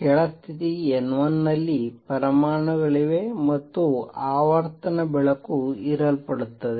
ಕೆಳ ಸ್ಥಿತಿ N1 ನಲ್ಲಿ ಪರಮಾಣುಗಳಿವೆ ಮತ್ತು ಆವರ್ತನ ಬೆಳಕು ಹೀರಲ್ಪಡುತ್ತದೆ